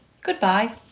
Goodbye